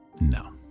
No